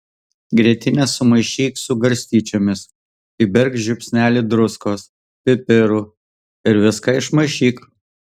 grietinę sumaišyk su garstyčiomis įberk žiupsnelį druskos pipirų ir viską išmaišyk